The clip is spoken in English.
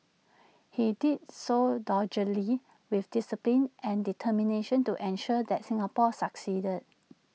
he did so doggedly with discipline and determination to ensure that Singapore succeeded